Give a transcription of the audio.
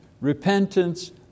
repentance